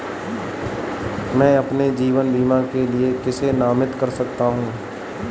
मैं अपने जीवन बीमा के लिए किसे नामित कर सकता हूं?